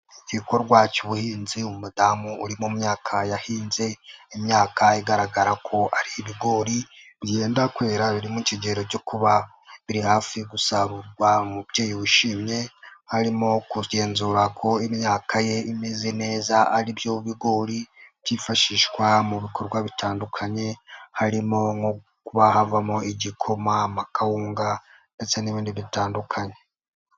Igikorwa cy'ubuhinzi, umudamu uri mu myaka yahinze imyaka igaragara ko ari ibigori ,byenda kwera birimo ikigero cyo kuba biri hafi gusarurwa, mubyeyi wishimye, harimo kugenzura ko imyaka ye imeze neza, aribyo bigori byifashishwa mu bikorwa bitandukanye, harimo nko kuba havamo igikoma, amakawunga ndetse n'ibindi bitandukanye